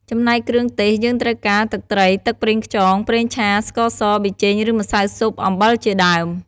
ចំណែកគ្រឿងទេស យើងត្រូវការ ទឹកត្រី ទឹកប្រេងខ្យង ប្រេងឆា ស្ករស ប៊ីចេងឬម្សៅស៊ុប អំបិលជាដើម។